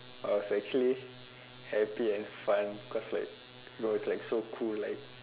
I was actually happy and fun cause like you know it's so cool like